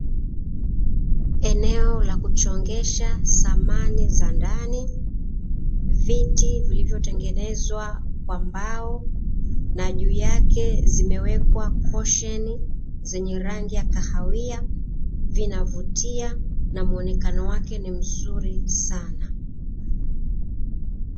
Eneo la kuchongesha samani za ndani, viti vilivyo tengenezwa kwa mbao na juu yake zimewekwa kosheni zenye rangi ya kahawia vinavutia na muonekano wake ni mzuri sana.